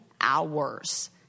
hours